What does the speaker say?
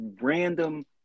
random